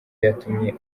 yatumye